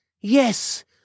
Yes